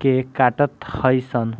के काटत हई सन